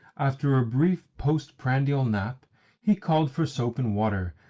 after a brief post-grandial nap he called for soap and water,